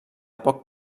poc